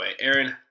Aaron